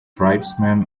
tribesmen